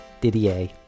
Didier